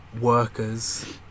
workers